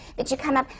that you come up?